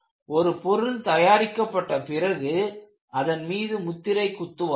ஒரு பொருள் தயாரிக்கப்பட்ட பிறகு அதன்மீது முத்திரை குத்துவார்கள்